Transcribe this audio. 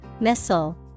missile